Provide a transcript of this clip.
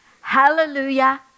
Hallelujah